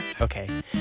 Okay